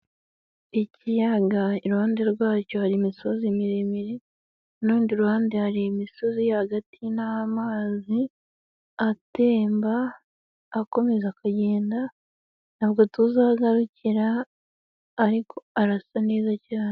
Ikiyaga iruhande rwacyo hari imisozi miremire, ku rundi ruhande hari imisozi iri hagati n'amazi atemba, akomeza akagenda ntabwo tuzi aho agarukira ariko arasa neza cyane.